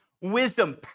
Wisdom